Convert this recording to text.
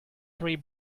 three